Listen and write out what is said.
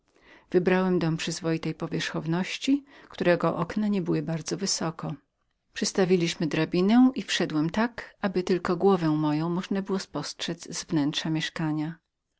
wybrałem dom przyzwoitej powierzchowności i którego okna nie były bardzo wysokie przystawiłem drabinę i wlazłem tak aby tylko głowę moją można było spostrzedz z wnętrza mieszkania